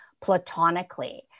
platonically